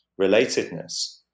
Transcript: relatedness